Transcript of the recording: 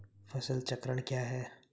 फसल चक्रण क्या है?